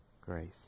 grace